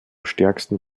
stärksten